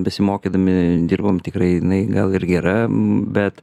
besimokydami dirbom tikrai jinai gal ir gera bet